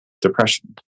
Depression